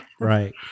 Right